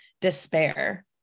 despair